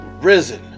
risen